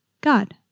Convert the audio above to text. God